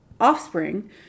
offspring